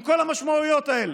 עם כל המשמעויות האלה,